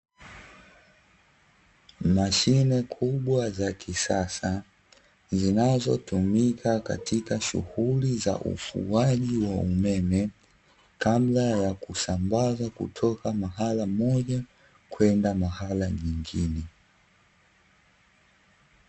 Mashine kubwa za kisasa, zinazotumika katika shughuli za ufuwaji wa umeme kabla ya kusambaza kutoka mahala moja kwenda mahala nyingine.